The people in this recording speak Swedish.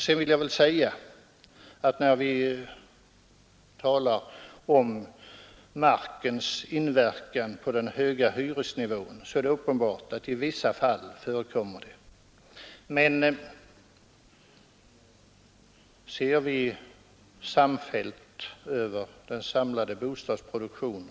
Jag vill vidare säga att det är uppenbart att det i vissa fall förekommer att markpriserna inverkar på den höga hyresnivån.